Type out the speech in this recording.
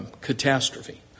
catastrophe